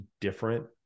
different